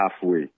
halfway